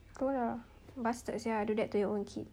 itu lah bastard [sial] do that to your own kid